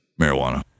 Marijuana